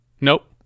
nope